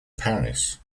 paris